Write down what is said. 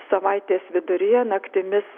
savaitės viduryje naktimis